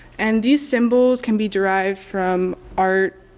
and these symbols can be derived from art,